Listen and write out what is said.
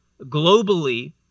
globally